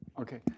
Okay